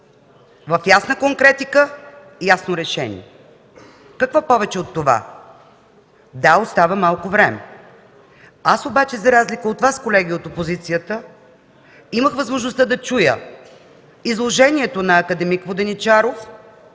в ясна конкретика и ясно решение. Какво повече от това? Да, остава малко време. За разлика от Вас, колеги от опозицията, аз имах възможността да чуя изложението на акад. Воденичаров